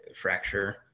fracture